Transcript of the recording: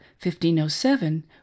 1507